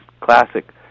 classic